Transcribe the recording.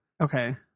Okay